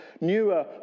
newer